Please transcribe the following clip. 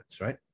right